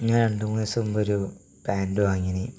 ഞാൻ രണ്ടു മൂന്നു ദിവസം മുമ്പൊരു പാൻട് വാങ്ങീന്